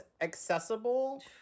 accessible